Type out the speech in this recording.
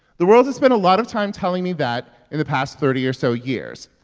the world has spent a lot of time telling me that in the past thirty or so years.